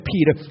Peter